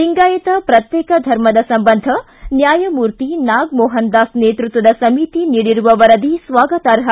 ಲಿಂಗಾಯತ ಪ್ರತ್ತೇಕ ಧರ್ಮದ ಸಂಬಂಧ ನ್ಯಾಯಮೂರ್ತಿ ನಾಗಮೋಹನದಾಸ್ ನೇತೃತ್ವದ ಸಮಿತಿ ನೀಡಿರುವ ವರದಿ ಸ್ವಾಗತಾರ್ಹ